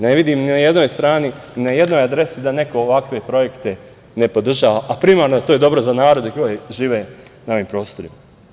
Ne vidim ni na jednoj strani, ni na jednoj adresi da neko ovakve projekte ne podržava, a primarno je to dobro za narod koji živi na ovim prostorima.